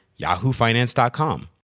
yahoofinance.com